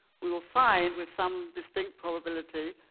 we will find with some distinct probability,